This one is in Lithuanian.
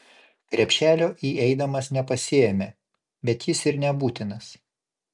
krepšelio įeidamas nepasiėmė bet jis ir nebūtinas